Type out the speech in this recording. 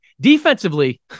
Defensively